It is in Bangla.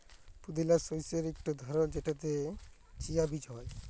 পুদিলা শস্যের ইকট ধরল যেটতে চিয়া বীজ হ্যয়